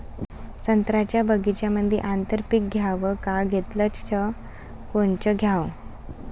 संत्र्याच्या बगीच्यामंदी आंतर पीक घ्याव का घेतलं च कोनचं घ्याव?